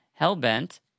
Hellbent